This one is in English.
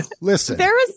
Listen